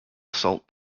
assault